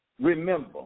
remember